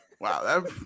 wow